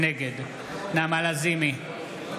נגד נעמה לזימי,